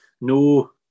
no